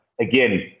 again